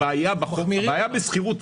הבעיה בשכירות,